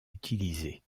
utilisés